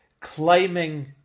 climbing